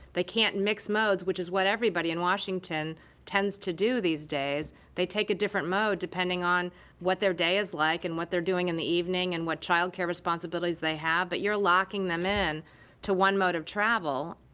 they can't mix modes, which is what everybody in washington tends to do these days. they take a different mode depending on what their day is like, and what they're doing in the evening, and what child care responsibilities they have. but you're locking them in to one mode of travel.